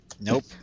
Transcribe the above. Nope